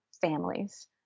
families